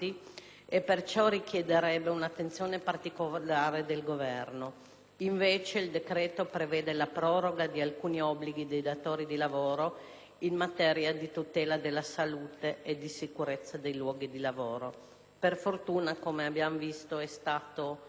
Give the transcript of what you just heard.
per ciò richiederebbe un'attenzione particolare del Governo. Invece il decreto prevede la proroga dei termini per l'assolvimento di alcuni obblighi da parte dei datori di lavoro in materia di tutela della salute e di sicurezza dei luoghi di lavoro. Per fortuna, come abbiamo visto, è stato